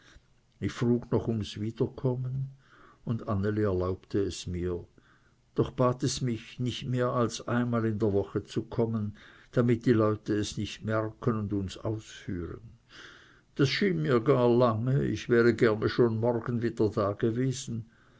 ich frug noch ums wiederkommen und anneli erlaubte es mir doch bat es mich nicht mehr als einmal in der woche zu kommen damit die leute es nicht merken und uns ausführen das schien mir gar lange ich wäre gerne schon morgen wieder dagewesen